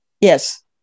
Yes